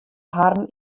harren